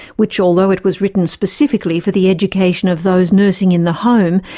which although it was written specifically for the education of those nursing in the home,